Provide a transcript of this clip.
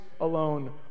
alone